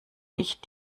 dich